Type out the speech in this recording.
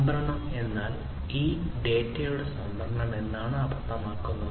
സംഭരണം എന്നാൽ ഈ ഡാറ്റയുടെ സംഭരണം എന്നാണ് അർത്ഥമാക്കുന്നത്